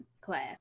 class